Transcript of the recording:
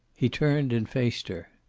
he turned and faced her.